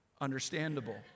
Understandable